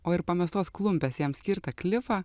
o ir pamestos klumpės jam skirtą klifą